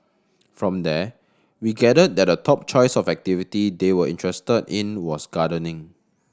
from there we gathered that the top choice of activity they were interested in was gardening